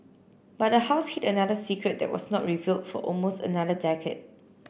but the house hid another secret that was not reveal for almost another decade